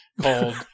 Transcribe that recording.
called